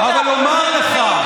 לא כדאי.